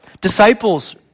Disciples